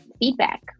feedback